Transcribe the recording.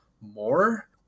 more